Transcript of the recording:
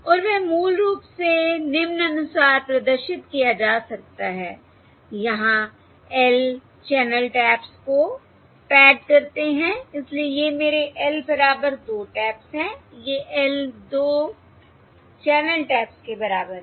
और वह मूल रूप से निम्नानुसार प्रदर्शित किया जा सकता है यहाँ L चैनल टैप्स को पैड करते हैं इसलिए ये मेरे L बराबर 2 टैप्स हैं ये L 2 चैनल टैप्स के बराबर हैं